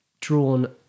drawn